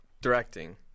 directing